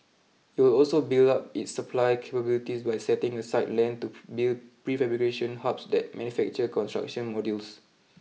it will also build up its supply capabilities by setting aside land to build prefabrication hubs that manufacture construction modules